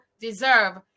deserve